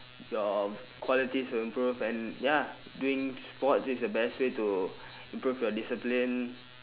your qualities will improve and ya doing sports is the best way to improve your discipline